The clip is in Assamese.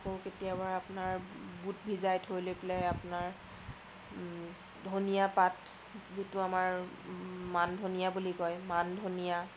আকৌ কেতিয়াবা আপোনাৰ বুট ভিজাই থৈ লৈ পেলাই আপোনাৰ ধনিয়া পাত যিটো আমাৰ মান ধনিয়া বুলি কয় মান ধনিয়া